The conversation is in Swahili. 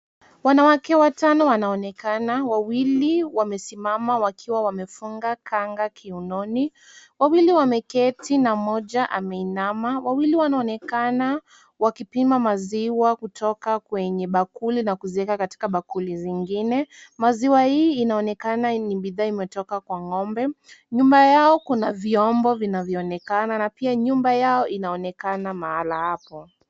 Wanawake watano wanaonekana, wawili wamesimama wakiwa wamefunga kanga kiunoni. Wawili wameketi na mmoja ameinama, wawili wanaonekana wakipima maziwa kutoka kwenye bakuli na kuziweka katika bakuli zingine. Maziwa hii inaonekana ni bidhaa imetoka kwa ng'ombe, nyuma yao kuna vyombo vinavyoonekana na pia nyumba yao inaonekana mahala hapo.